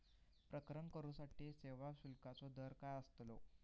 प्रकरण करूसाठी सेवा शुल्काचो दर काय अस्तलो?